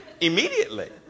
Immediately